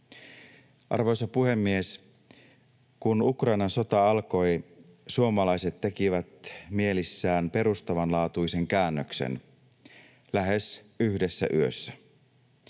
Arvoisa puhemies! Kun Ukrainan sota alkoi, suomalaiset tekivät mielessään perustavanlaatuisen käännöksen lähes yhdessä yössä.